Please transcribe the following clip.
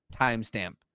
timestamp